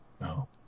No